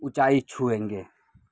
اونچائی چھوئیں گے